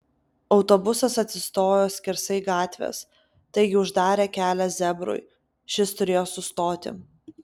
autobusas atsistojo skersai gatvės taigi uždarė kelią zebrui šis turėjo sustoti